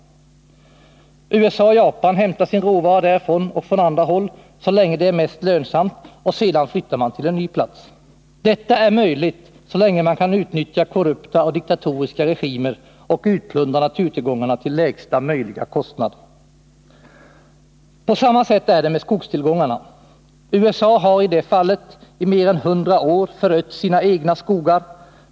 USA och Japan hämtar sin råvara därifrån och från andra håll så länge det är mest lönsamt, och sedan flyttar man till en ny plats. Detta är möjligt så länge man kan utnyttja korrupta och diktatoriska regimer och utplundra naturtillgångarna till lägsta möjliga kostnad. På samma sätt är det med skogstillgångarna. USA har i det fallet i mer än 100 år förött sina egna skogar.